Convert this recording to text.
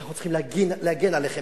שאנחנו צריכים להגן עליכם.